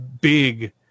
big